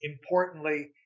importantly